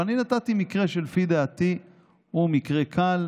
אבל אני נתתי מקרה שלפי דעתי הוא מקרה קל,